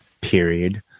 period